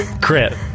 Crit